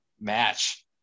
match